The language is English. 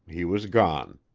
he was gone.